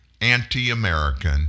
anti-American